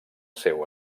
seu